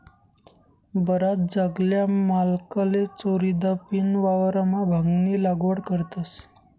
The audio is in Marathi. बराच जागल्या मालकले चोरीदपीन वावरमा भांगनी लागवड करतस